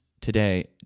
today